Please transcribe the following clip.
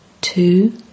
Two